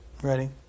Ready